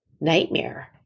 nightmare